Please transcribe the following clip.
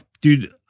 dude